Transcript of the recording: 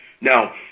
Now